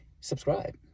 subscribe